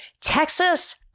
Texas